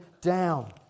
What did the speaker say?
down